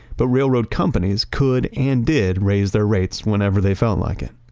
but railroad companies could and did raise their rates whenever they felt like it.